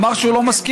אמר שהוא לא מסכים,